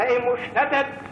תהא מושתתת